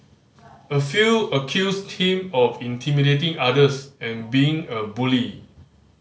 a few accused him of intimidating others and being a bully